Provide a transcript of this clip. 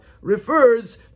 refers